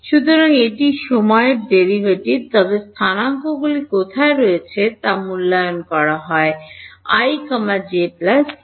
সুতরাং এটি সময় ডেরাইভেটিভ আ তবে স্থানাঙ্কগুলি কোথায় রয়েছে তা মূল্যায়ন করা হয় i j 12